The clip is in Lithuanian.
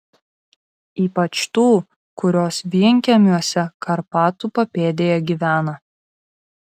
ypač tų kurios vienkiemiuose karpatų papėdėje gyvena